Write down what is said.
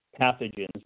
pathogens